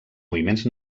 moviments